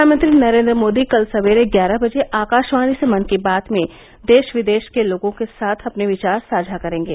प्रधानमंत्री नरेंद्र मोदी कल सवेरे ग्यारह बजे आकाशवाणी से मन की बात में देश विदेश के लोगों के साथ अपने विचार साझा करेंगे